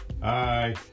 hi